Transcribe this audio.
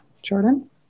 Jordan